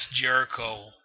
Jericho